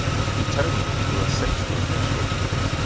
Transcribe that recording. the quitonians, who are sensible of their shortcomings,